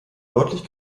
deutlich